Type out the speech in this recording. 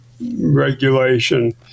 regulation